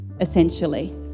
essentially